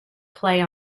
play